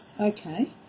Okay